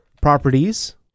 properties